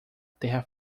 terra